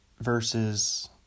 versus